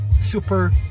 super